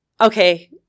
okay